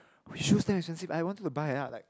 his shoes damn expensive I wanted to buy and then I like